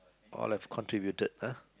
all have contributed ah